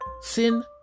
Sin